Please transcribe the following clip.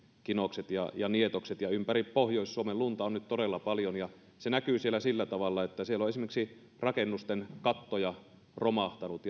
kinokset ja nietokset ja ympäri pohjois suomen lunta on nyt todella paljon se näkyy siellä sillä tavalla että siellä on esimerkiksi rakennusten kattoja romahtanut